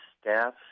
staff